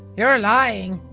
you're lying